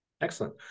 Excellent